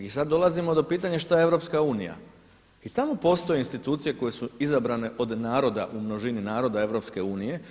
I sad dolazimo do pitanja što je EU i tamo postoje institucije koje su izabrane od naroda, u množini naroda EU.